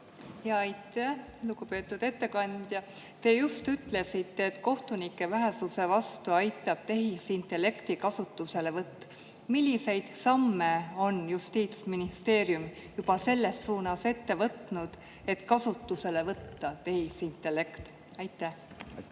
Aitäh! Lugupeetud ettekandja! Te just ütlesite, et kohtunike vähesuse vastu aitab tehisintellekti kasutuselevõtt. Milliseid samme on Justiitsministeerium selles suunas ette võtnud, et kasutusele võtta tehisintellekt? Aitäh!